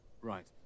Right